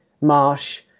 Marsh